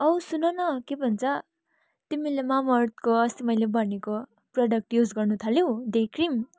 औ सुनन के भन्छ तिमीले मामार्थको अस्ति मैले भनेको प्रडक्ट युज गर्नुथाल्यौ डे क्रिम